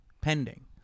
pending